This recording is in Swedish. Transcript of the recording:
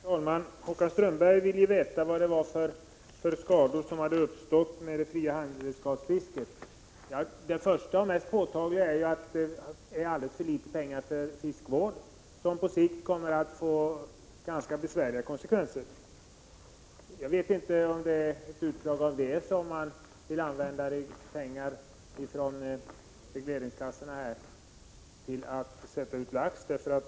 Herr talman! Håkan Strömberg ville veta vilka skador som hade uppstått med det fria handredskapsfisket. Det första och mest påtagliga är att det finns alldeles för litet pengar för fiskevård, vilket på sikt kommer att få ganska besvärliga konsekvenser. Kanske är det ett utslag av detta att det föreslås att pengar från regleringskassorna skall användas till utsättning av lax.